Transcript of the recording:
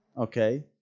Okay